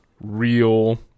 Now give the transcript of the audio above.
real